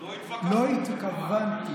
לא התווכחנו